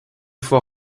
fois